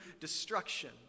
destruction